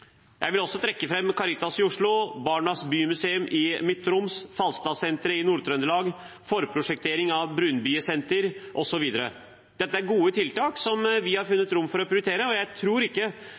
Jeg vil også trekke fram Caritas i Oslo, Barnas bymuseum i Midt-Troms, Falstadsenteret i Nord-Trøndelag, forprosjektering av et brunbiesenter osv. Dette er gode tiltak vi har funnet rom for å prioritere, og jeg tror ikke